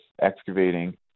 excavating